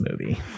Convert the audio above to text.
movie